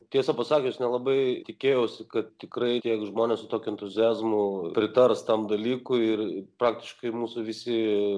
tiesą pasakius nelabai tikėjausi kad tikrai tiek žmonės su tokiu entuziazmu pritars tam dalykui ir praktiškai mūsų visi